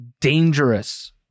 dangerous